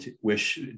wish